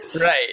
right